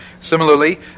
Similarly